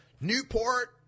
Newport